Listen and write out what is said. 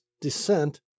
descent